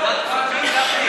לא, לא.